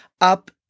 up